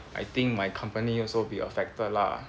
I think my company also be affected lah